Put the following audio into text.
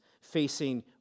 facing